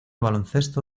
baloncesto